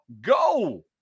Go